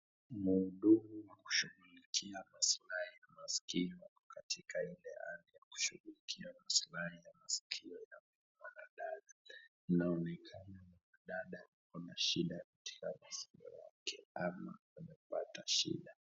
Mhudumu wa kushughulikia maslahi ya masikio katika ile hali ya kushughulikia maslahi ya masikio ya mwanadada. Inaonekana mwanadada ako na shida katika masikio yake ama amepata shida.